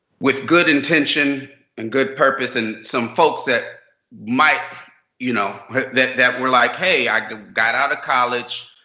with good intentions and good purpose, and some folks that might you know that that were like hey, i got out of college.